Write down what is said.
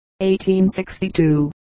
1862